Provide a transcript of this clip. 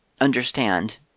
understand